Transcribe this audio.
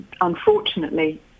unfortunately